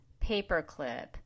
paperclip